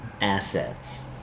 assets